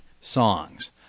songs